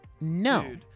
no